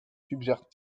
suggère